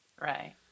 Right